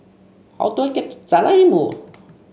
how do I get to Jalan Ilmu